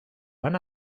when